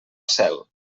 cel